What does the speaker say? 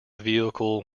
vehicle